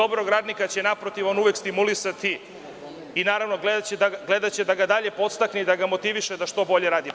Dobrog radnika će naprotiv, on uvek stimulisati i gledaće da ga dalje podstakne i da ga motiviše da što bolje radi.